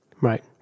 Right